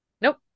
nope